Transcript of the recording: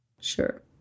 sure